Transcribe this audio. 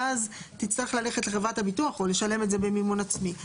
ואז תצטרך ללכת לחברת הביטוח או לשלם את זה במימון עצמי.